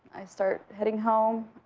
i start heading home,